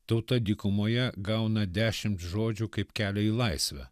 tauta dykumoje gauna dešimt žodžių kaip kelią į laisvę